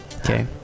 okay